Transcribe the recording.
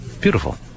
Beautiful